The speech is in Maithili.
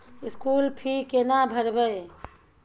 स्कूल फी केना भरबै?